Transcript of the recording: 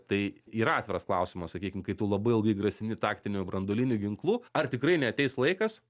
tai ir atviras klausimas sakykim kai tu labai ilgai grasini taktiniu branduoliniu ginklu ar tikrai neateis laikas